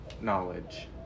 knowledge